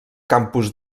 campus